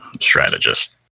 strategist